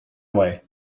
away